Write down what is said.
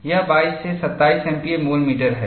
यह 22 से 27 एमपीए मूल मीटर है